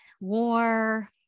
war